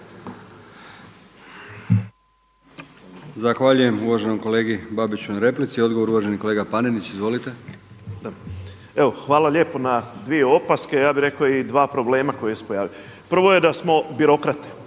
Zahvaljujem uvaženom kolegi Babiću na replici. Odgovor uvaženi kolega Panenić. Izvolite. **Panenić, Tomislav (MOST)** Evo hvala lijepo na dvije opaske, ja bih rekao i dva problema koji se pojavio. Prvo je da smo birokrate,